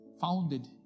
founded